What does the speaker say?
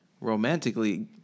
romantically